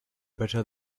better